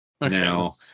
Now